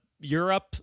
Europe